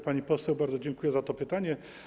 Pani poseł, bardzo dziękuję za to pytanie.